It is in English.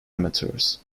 amateurs